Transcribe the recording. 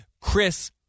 Chris